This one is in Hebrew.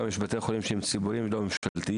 יש גם בתי חולים שהם ציבוריים ולא ממשלתיים,